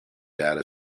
data